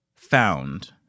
found